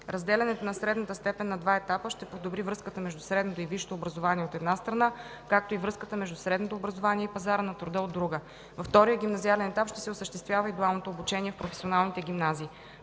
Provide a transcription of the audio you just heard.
Разделянето на средната степен на два етапа ще подобри връзката между средното и висшето образование, от една страна, както и връзката между средното образование и пазара на труда, от друга. Във втория гимназиален етап ще се осъществява и дуалното обучение в професионалните гимназии.